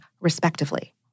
respectively